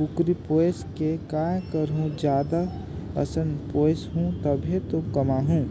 कुकरी पोयस के काय करहूँ जादा असन पोयसहूं तभे तो कमाहूं